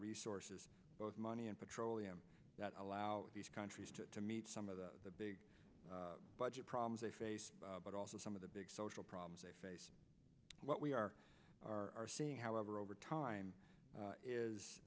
resources both money and petroleum that allow these countries to meet some of the big budget problems they face but also some of the big social problems they face what we are are seeing however over time